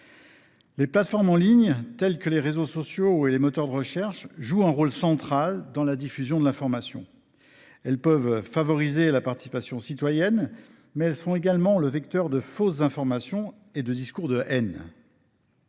Les plateformes en ligne, telles que les réseaux sociaux et les moteurs de recherche, jouent un rôle central dans la diffusion de l’information. Elles peuvent favoriser la participation citoyenne, mais elles sont également le vecteur de fausses informations et de discours de haine.